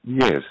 Yes